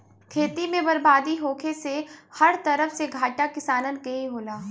खेती में बरबादी होखे से हर तरफ से घाटा किसानन के ही होला